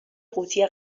قوطی